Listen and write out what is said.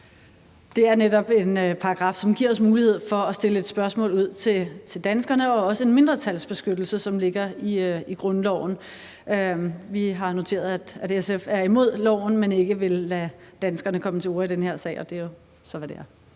Det er netop en paragraf, som giver os mulighed for at sende spørgsmålet ud til danskerne, og det er også en mindretalsbeskyttelse, som ligger i grundloven. Vi har noteret, at SF er imod loven, men ikke vil lade danskerne komme til orde i den her sag, og det er jo så, hvad det er.